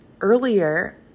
earlier